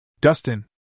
Dustin